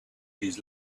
his